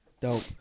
Dope